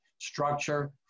Structure